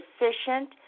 efficient